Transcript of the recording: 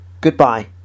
goodbye